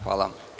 Hvala.